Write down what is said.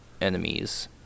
enemies